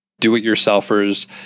do-it-yourselfers